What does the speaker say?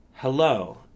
Hello